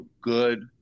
good